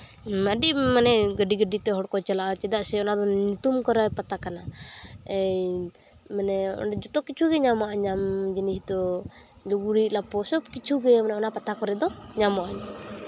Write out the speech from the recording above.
ᱟᱹᱰᱤ ᱢᱟᱱᱮ ᱜᱟᱹᱰᱤ ᱜᱟᱹᱰᱤᱛᱮ ᱦᱚᱲᱠᱚ ᱪᱟᱞᱟᱜᱼᱟ ᱪᱮᱫᱟᱜ ᱥᱮ ᱚᱱᱟᱫᱚ ᱧᱩᱛᱩᱢ ᱠᱚᱨᱟ ᱯᱟᱛᱟ ᱠᱟᱱᱟ ᱮᱭ ᱢᱟᱱᱮ ᱚᱸᱰᱮ ᱡᱚᱛᱚ ᱠᱤᱪᱷᱩᱜᱮ ᱧᱟᱢᱚᱜᱼᱟ ᱧᱟᱢ ᱡᱤᱱᱤᱥ ᱫᱚ ᱞᱩᱜᱽᱲᱤᱡ ᱞᱟᱯᱚ ᱥᱚᱵ ᱠᱤᱪᱷᱩᱜᱮ ᱚᱱᱟ ᱯᱟᱛᱟ ᱠᱚᱨᱮ ᱫᱚ ᱧᱟᱢᱚᱜᱼᱟ